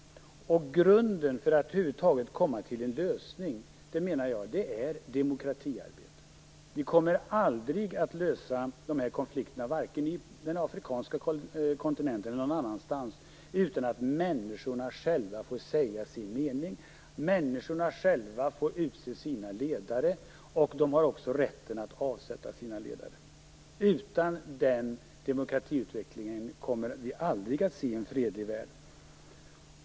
Grunden för att över huvud taget komma till en lösning är demokratiarbete. Vi kommer aldrig att lösa dessa konflikter - vare sig på den afrikanska kontinenten eller någon annanstans - utan att människorna själva får säga sin mening, utse sina ledare och ha rätten att avsätta dem. Utan den demokratiutvecklingen kommer vi aldrig att få se en fredlig värld.